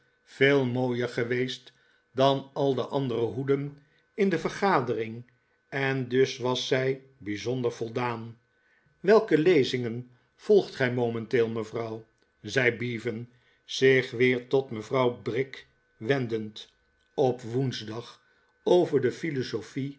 veel mooier geweest dan al de andere hoeden in de vergadering en dus was zij bijzonder voldaan weike lezingen volgt gij momenteel mevrouw zei bevan zich weer tot mevrouw brick wendend op woensdag over de